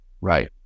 right